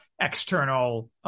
external